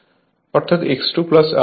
আমরা জানি X2 R2 Z 2 হয়